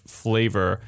flavor